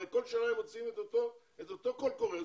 הרי כל שנה הם מוציאים את אותו קול קורא,